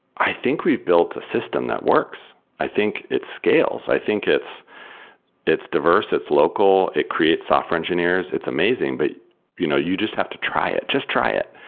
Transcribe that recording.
i think we've built a system that works. i think it scales. i think it's it's diverse. it's local. it creates software engineers. it's amazing, but you know you just have to try it. just try it.